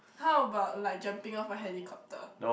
how about like jumping off a helicopter